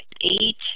eight